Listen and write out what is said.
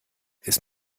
ist